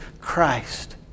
Christ